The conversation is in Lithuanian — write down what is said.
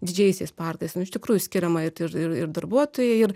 didžiaisiais parkais nu iš tikrųjų skiriama ir ir ir darbuotojai ir